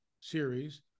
series